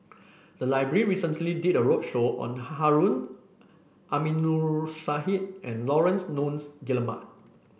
the library recently did a roadshow on Harun Aminurrashid and Laurence Nunns Guillemard